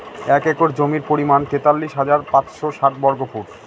এক একর জমির পরিমাণ তেতাল্লিশ হাজার পাঁচশ ষাট বর্গফুট